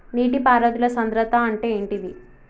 నీటి పారుదల సంద్రతా అంటే ఏంటిది?